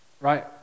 right